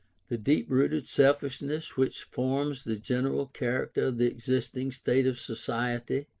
the deep-rooted selfishness which forms the general character of the existing state of society,